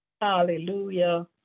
Hallelujah